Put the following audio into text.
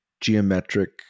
geometric